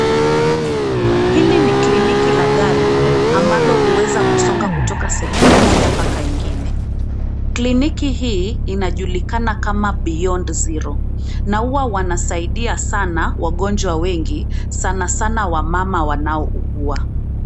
Hili ni kliniki la gari ambalo huweza kusonga kutoka sehemu moja mpaka ingine. Kliniki hii inajulikana kama "BEYOND ZERO", na huwa wanasaidia sana wagonjwa wengi, sanasana wamama wanaougua.